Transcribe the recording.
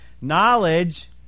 Knowledge